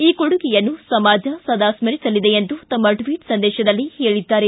ಈ ಕೊಡುಗೆಯನ್ನು ಸಮಾಜ ಸದಾ ಸ್ಮರಿಸಲಿದೆ ಎಂದು ತಮ್ಮ ಟ್ವೀಟ್ ಸಂದೇಶದಲ್ಲಿ ಹೇಳಿದ್ದಾರೆ